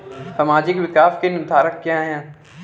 सामाजिक विकास के निर्धारक क्या है?